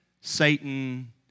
Satan